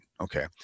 Okay